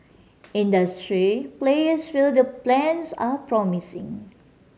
industry players feel the plans are promising